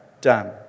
done